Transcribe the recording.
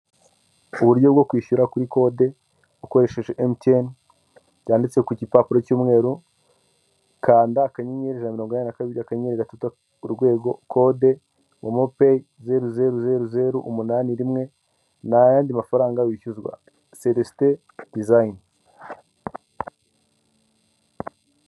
Uburyo bwo kwishyura kuri kode ukoresheje emutiyene byanditse ku gipapuro cy'umweru kanda akanyenyeri ijana na mirongo inani na kabiri akanyenyiri gatatu urwego kode momo peyi zeru zeru zeru zeru umunani rimwe ntayandi mafaranga wishyuzwa celestin Design.